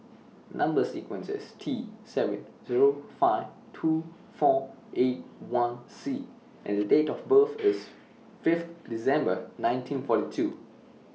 Number sequence IS T seven Zero five two four eight one C and The Date of birth IS Fifth December nineteen forty two